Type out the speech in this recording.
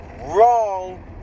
wrong